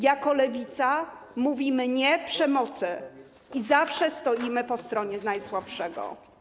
Jako Lewica mówimy „nie” przemocy i zawsze stoimy po stronie najsłabszego.